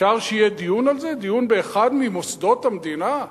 אפשר שיהיה דיון על זה באחד ממוסדות המדינה?